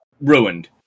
ruined